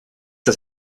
das